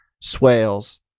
swales